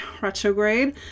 retrograde